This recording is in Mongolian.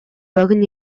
богино